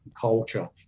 culture